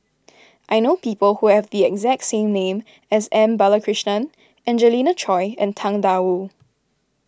I know people who have the exact name as M Balakrishnan Angelina Choy and Tang Da Wu